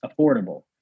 affordable